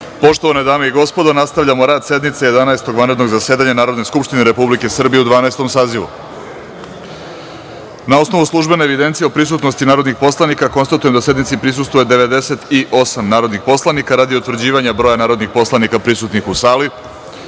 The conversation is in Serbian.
Poštovane dame i gospodo narodni poslanici, nastavljamo rad sednice Jedanaestog vanrednog zasedanja Narodne skupštine Republike Srbije u Dvanaestom sazivu. Na osnovu službene evidencije o prisutnosti narodnih poslanika konstatujem da sednici prisustvuje 98 narodnih poslanika. Radi utvrđivanja broja narodnih poslanika prisutnih u sali,